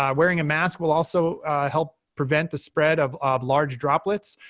um wearing a mask will also help prevent the spread of large droplets,